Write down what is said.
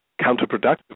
counterproductive